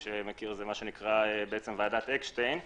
זה נקרא ועדת אקשטיין.